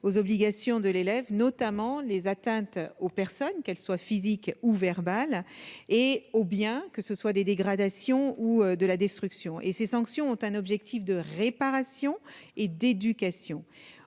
aux obligations de l'élève, notamment les atteintes aux personnes, qu'elles soient physiques ou verbales et au bien que ce soit des dégradations ou de la destruction et ces sanctions ont un objectif de réparation et d'éducation